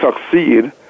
succeed